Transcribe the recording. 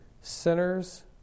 sinners